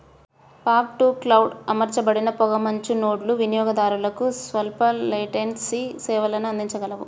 fog to cloud అమర్చబడిన పొగమంచు నోడ్లు వినియోగదారులకు స్వల్ప లేటెన్సీ సేవలను అందించగలవు